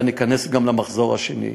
אלא ניכנס גם למחזור השני,